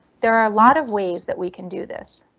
there are a lot of ways that we can do this.